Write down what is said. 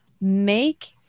Make